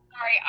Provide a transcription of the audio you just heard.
Sorry